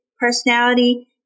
personality